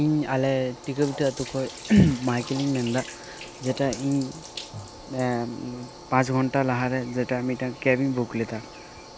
ᱤᱧ ᱟᱞᱮ ᱴᱷᱤᱠᱟᱹᱵᱤᱴᱟᱹ ᱟᱛᱳ ᱠᱷᱚᱡ ᱢᱟᱭᱠᱮᱞ ᱤᱧ ᱢᱮᱱ ᱮᱫᱟ ᱡᱮᱴᱟ ᱤᱧ ᱯᱟᱸᱪ ᱜᱷᱚᱱᱴᱟ ᱞᱟᱦᱟᱨᱮ ᱡᱮᱴᱟ ᱢᱤᱫᱴᱟᱱ ᱠᱮᱵᱽ ᱤᱧ ᱵᱩᱠ ᱞᱮᱫᱟ